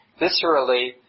viscerally